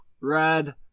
Red